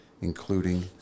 including